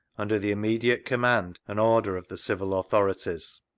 under the immediate command and order of the civil authorities.